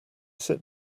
sit